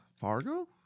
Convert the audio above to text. Fargo